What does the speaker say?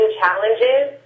challenges